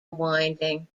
winding